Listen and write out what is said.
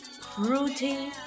Fruity